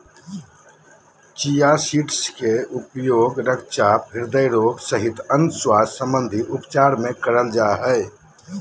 chia seeds के उपयोग रक्तचाप, हृदय रोग सहित अन्य स्वास्थ्य संबंधित उपचार मे करल जा हय